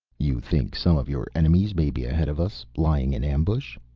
you think some of your enemies may be ahead of us, lying in ambush?